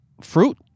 Fruit